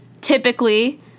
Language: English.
typically